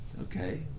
okay